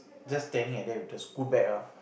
just standing at there with the school bag lah